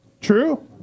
True